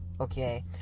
okay